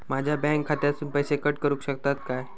माझ्या बँक खात्यासून पैसे कट करुक शकतात काय?